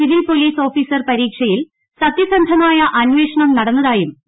civil police officer പരീക്ഷയിൽ സത്യസന്ധമായ ആണ്പ്പ്ഷണം നടന്നതായും പി